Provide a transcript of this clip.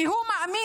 כי הוא מאמין,